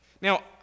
Now